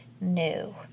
new